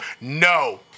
No